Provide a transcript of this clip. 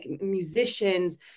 musicians